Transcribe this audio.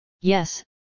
Yes